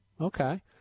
Okay